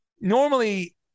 Normally